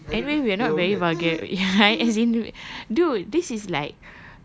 ya anyway we are not very vulgar ya as in dude this is like